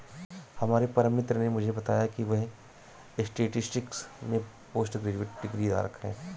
हमारे परम मित्र ने मुझे बताया की वह स्टेटिस्टिक्स में पोस्ट ग्रेजुएशन डिग्री धारक है